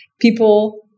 people